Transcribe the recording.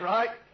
Right